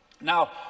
Now